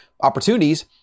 opportunities